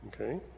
Okay